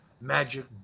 magic